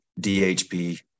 DHP